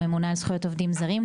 ממונה על זכויות עובדים זרים.